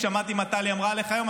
שמעתי מה טלי אמרה עליך היום,